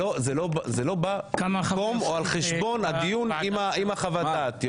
זה לא בא על חשבון הדיון עם חוות הדעת.